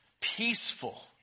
peaceful